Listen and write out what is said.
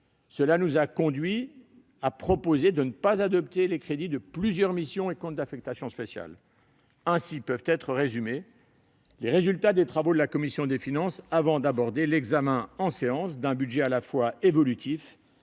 Cela nous a conduits à proposer de ne pas adopter les crédits de plusieurs missions et comptes d'affectation spéciale. Ainsi peuvent être résumés les résultats des travaux de la commission des finances avant d'aborder l'examen en séance d'un budget à la fois évolutif